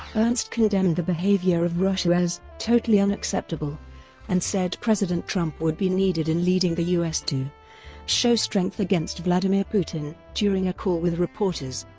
ernst condemned the behavior of russia as totally unacceptable and said president trump would be needed in leading the us to show strength against vladimir putin during a call with reporters.